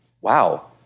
Wow